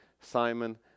Simon